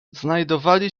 znajdowali